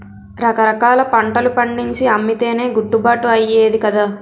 రకరకాల పంటలు పండించి అమ్మితేనే గిట్టుబాటు అయ్యేది కదా